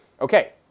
Okay